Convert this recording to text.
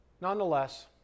Nonetheless